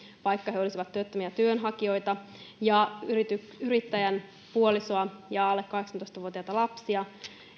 vaikka he olisivat työttömiä työnhakijoita ja yrittäjän puolisoa ja alle kahdeksantoista vuotiaita lapsia